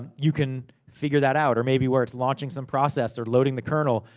you can figure that out. or maybe where it's launching some process, or loading the kernel,